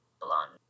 blonde